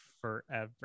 forever